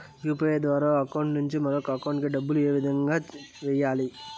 UPI ద్వారా ఒక account నుంచి మరొక అకౌంట్ కి డబ్బులు ఏ విధంగా వెయ్యాలి